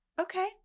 okay